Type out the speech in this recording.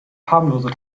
harmlose